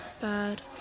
Bad